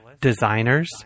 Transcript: designers